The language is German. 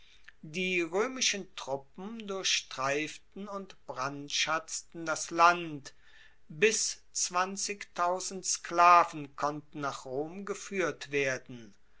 die roemischen truppen durchstreiften und brandschatzten das land bis sklaven konnten nach rom gefuehrt werden